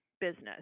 business